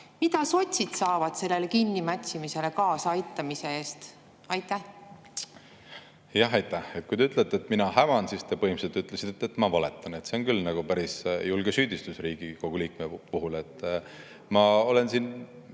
mida sotsid saavad sellele kinnimätsimisele kaasaaitamise eest. Jah, aitäh! Kui te ütlesite, et mina häman, siis te põhimõtteliselt ütlesite, et ma valetan. See on küll päris julge süüdistus Riigikogu liikme puhul. Ma olen siin